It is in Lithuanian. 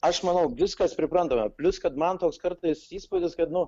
aš manau viskas priprantama plius kad man toks kartais įspūdis kad nu